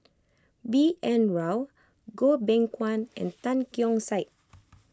B N Rao Goh Beng Kwan and Tan Keong Saik